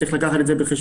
צריך להביא את זה בחשבון.